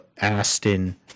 Aston